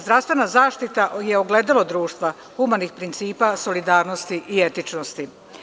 Zdravstvena zaštita je ogledalo društva, humanih principa, solidarnosti i etičnosti.